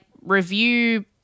review